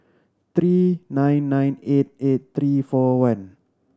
three nine nine eight eight three four one